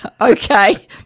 okay